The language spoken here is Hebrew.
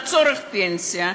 לצורך פנסיה,